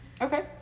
okay